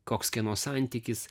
koks kieno santykis